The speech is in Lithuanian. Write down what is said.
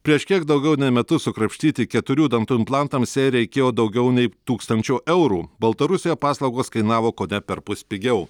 prieš kiek daugiau nei metus sukrapštyti keturių dantų implantams jai reikėjo daugiau nei tūkstančio eurų baltarusijoje paslaugos kainavo kone perpus pigiau